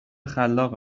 خلاق